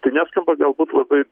tai neskamba galbūt labai